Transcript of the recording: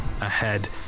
ahead